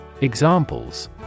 Examples